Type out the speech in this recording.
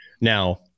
Now